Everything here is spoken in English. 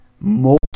multiple